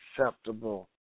acceptable